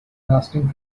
lasting